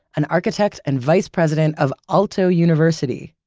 an architect and vice president of aalto university,